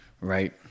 right